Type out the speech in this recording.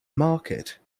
market